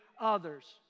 others